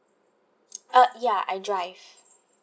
uh ya I drive